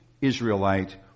Israelite